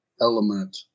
element